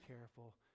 careful